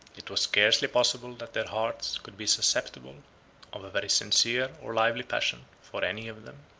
it was scarcely possible that their hearts could be susceptible of a very sincere or lively passion for any of them.